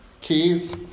Keys